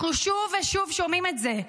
אנחנו שוב ושוב שומעים את זה,